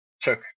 took